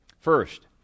First